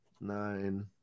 Nine